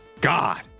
God